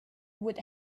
would